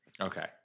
Okay